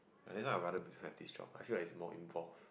ya that's why I rather have this job I feel like its more involved